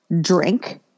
drink